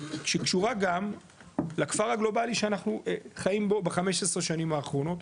שקשורה גם לכפר הגלובלי שאנחנו חיים בו ב-15 שנים האחרונות,